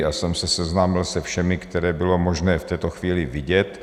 Já jsem se seznámil se všemi, které bylo možné v této chvíli vidět.